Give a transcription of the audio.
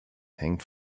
hängt